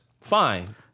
fine